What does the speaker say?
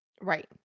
right